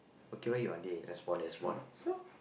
okay why you are there as for that's one so